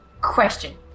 Question